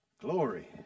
Glory